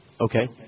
Okay